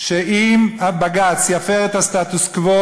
שאם הבג"ץ יפר את הסטטוס-קוו,